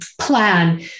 plan